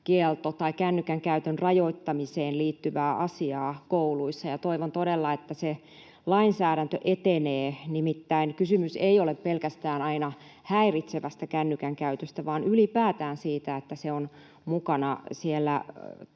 tai kännykän käytön rajoittamiseen liittyvää asiaa kouluissa, ja toivon todella, että se lainsäädäntö etenee. Nimittäin kysymys ei ole pelkästään aina häiritsevästä kännykän käytöstä vaan ylipäätään siitä, että se on mukana